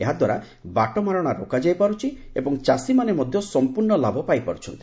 ଏହାଦ୍ୱାରା ବାଟମାରଣା ରୋକାଯାଇପାରୁଛି ଏବଂ ଚାଷୀମାନେ ମଧ୍ୟ ସମ୍ପର୍ଣ୍ଣ ଲାଭ ପାଇପାରୁଛନ୍ତି